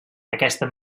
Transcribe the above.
aquesta